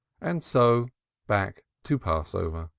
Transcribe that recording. and so back to passover.